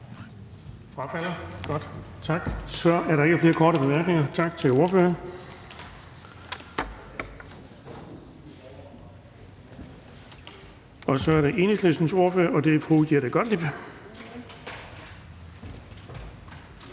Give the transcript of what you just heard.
Så er der ikke flere korte bemærkninger. Tak til ordføreren. Så er det Enhedslistens ordfører, og det er fru Jette Gottlieb.